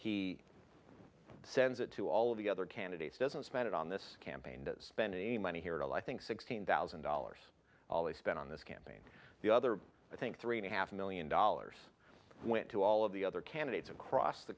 he sends it to all of the other candidates doesn't spend it on this campaign spending any money here at all i think sixteen thousand dollars all they spent on this campaign the other i think three and a half million dollars went to all of the other candidates across the